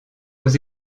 aux